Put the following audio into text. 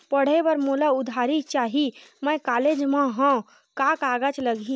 पढ़े बर मोला उधारी चाही मैं कॉलेज मा हव, का कागज लगही?